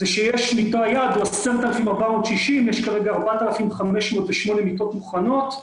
היעד הוא 10,460, יש כרגע 4,508 מיטות מוכנות,